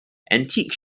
antique